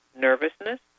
nervousness